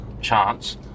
chance